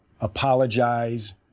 apologize